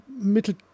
mittel